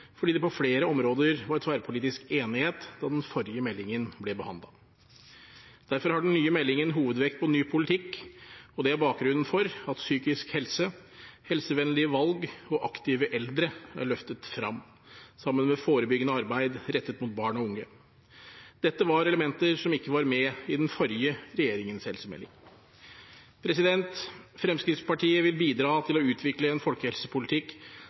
fordi det på flere områder var tverrpolitisk enighet da den forrige meldingen ble behandlet. Derfor har den nye meldingen hovedvekt på ny politikk, og det er bakgrunnen for at psykisk helse, helsevennlige valg og aktive eldre er løftet frem, sammen med forebyggende arbeid rettet mot barn og unge. Dette er elementer som ikke var med i den forrige regjeringens helsemelding. Fremskrittspartiet vil bidra til å utvikle en folkehelsepolitikk